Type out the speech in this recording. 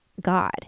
God